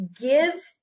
gives